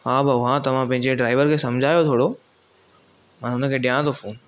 हा भाऊ हा तव्हां पंहिंजे ड्राइवर खे सम्झायो थोरो मां हुन खे ॾियां थो फ़ोन